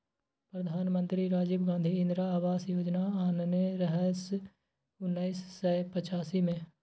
प्रधानमंत्री राजीव गांधी इंदिरा आबास योजना आनने रहय उन्नैस सय पचासी मे